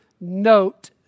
note